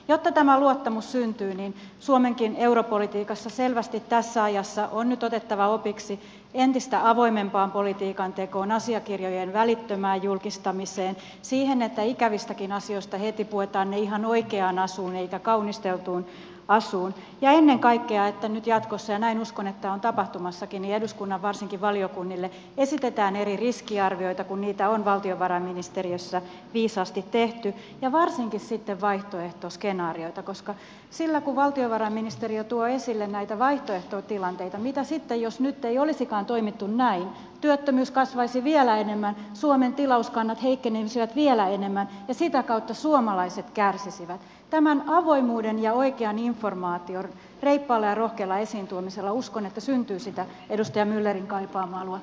jotta tämä luottamus syntyy niin suomenkin europolitiikassa selvästi tässä ajassa on nyt otettava opiksi ja ryhdyttävä entistä avoimempaan politiikan tekoon asiakirjojen välittömään julkistamiseen siihen että ikävätkin asiat heti puetaan ihan oikeaan asuun eikä kaunisteltuun asuun ja ennen kaikkea että nyt jatkossa ja näin uskon että on tapahtumassakin varsinkin eduskunnan valiokunnille esitetään eri riskiarvioita kun niitä on valtiovarainministeriössä viisaasti tehty ja varsinkin sitten vaihtoehtoskenaarioita koska sillä kun valtiovarainministeriö tuo esille näitä vaihtoehtotilanteita mitä sitten jos nyt ei olisikaan toimittu näin työttömyys kasvaisi vielä enemmän suomen tilauskannat heikkenisivät vielä enemmän ja sitä kautta suomalaiset kärsisivät tämän avoimuuden ja oikean informaation reippaalla ja rohkealla esiin tuomisella uskon että syntyy sitä edustaja myllerin kaipaamaa luottamusta